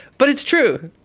but it's true,